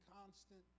constant